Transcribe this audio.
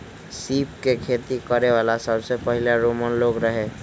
सीप के खेती करे वाला सबसे पहिले रोमन लोग रहे